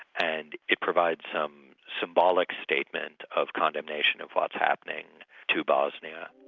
and it provides some symbolic statement of condemnation of what's happening to bosnia.